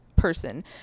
person